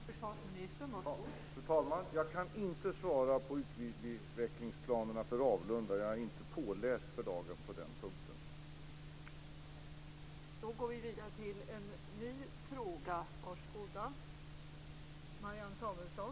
Fru talman! Jag kan inte svara på frågan om utvecklingsplanerna för Ravlunda. Jag är inte påläst för dagen på den punkten.